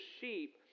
sheep